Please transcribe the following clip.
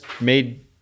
made